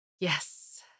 Yes